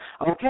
Okay